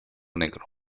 negro